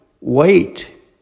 Wait